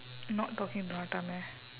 not talking to nattamai